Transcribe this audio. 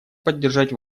поддержать